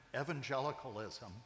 evangelicalism